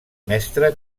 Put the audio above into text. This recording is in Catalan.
mestre